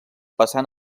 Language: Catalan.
passant